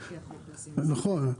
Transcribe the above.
--- נכון.